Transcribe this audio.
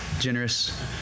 Generous